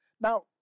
Now